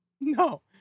No